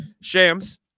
shams